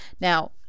Now